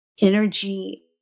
energy